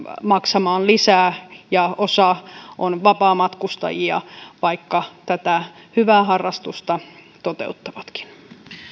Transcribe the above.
maksamaan lisää ja osa on vapaamatkustajia vaikka tätä hyvää harrastusta toteuttavatkin